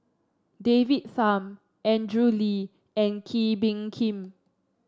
David Tham Andrew Lee and Kee Bee Khim